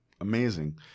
amazing